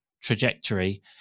trajectory